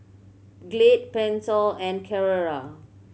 Glad Pentel and Carrera